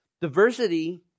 Diversity